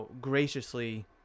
graciously